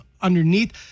underneath